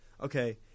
Okay